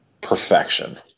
perfection